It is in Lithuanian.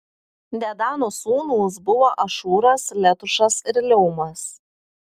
dedano sūnūs buvo ašūras letušas ir leumas